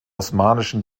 osmanischen